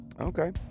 okay